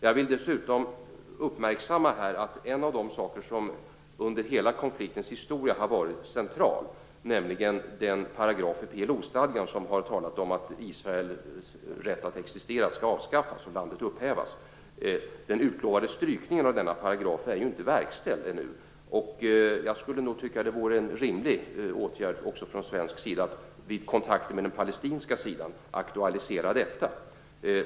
Jag vill dessutom uppmärksamma en av de saker som under hela konfliktens historia har varit central, nämligen den paragraf i PLO-stadgan som har talat om att Israels rätt att existera skall upphävas och landet avskaffas. Den utlovade strykningen av denna paragraf är ju inte verkställd ännu, och jag skulle nog tycka att det vore en rimlig åtgärd även från svensk sida att vid kontakter med den palestinska sidan aktualisera detta.